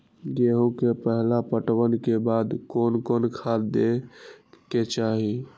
गेहूं के पहला पटवन के बाद कोन कौन खाद दे के चाहिए?